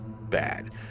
bad